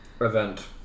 event